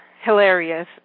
hilarious